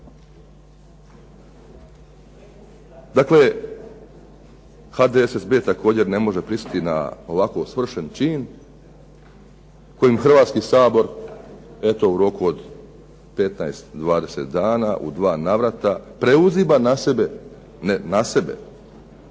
Dakle, HDSSB također ne može pristati na ovako svršeni čin kojim Hrvatski sabor eto u roku od petnaest, dvadeset dana u dva navrata preuzima na sebe, ne na sebe